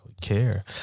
care